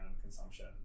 consumption